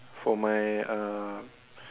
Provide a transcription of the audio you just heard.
for my uh